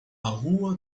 rua